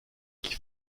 qui